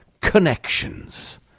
connections